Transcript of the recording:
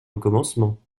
commencement